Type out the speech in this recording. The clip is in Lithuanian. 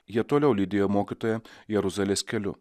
jie toliau lydėjo mokytoją jeruzalės keliu